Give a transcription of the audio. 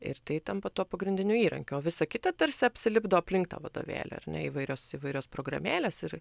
ir tai tampa tuo pagrindiniu įrankiu o visa kita tarsi apsilipdo aplink tą vadovėlį ar ne įvairios įvairios programėlės ir